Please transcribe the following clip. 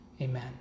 Amen